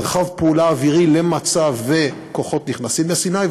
מרחב פעולה אווירי למצב שכוחות נכנסים לסיני,